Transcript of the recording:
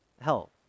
help